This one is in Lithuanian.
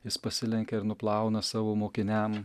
jis pasilenkia ir nuplauna savo mokiniam